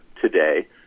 today